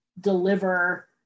deliver